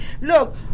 Look